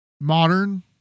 modern